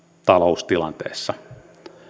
taloustilanteessa